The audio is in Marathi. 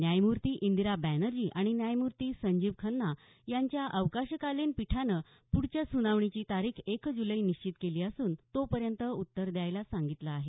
न्यायमूर्ती इंदिरा बॅनर्जी आणि न्यायमूर्ती संजीव खन्ना यांच्या अवकाशकालीन पीठानं प्ढच्या सुनावणीची तारीख एक जुलै निश्चित केली असून तोपर्यंत उत्तर द्यायला सांगितलं आहे